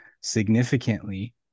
significantly